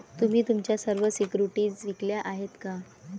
तुम्ही तुमच्या सर्व सिक्युरिटीज विकल्या आहेत का?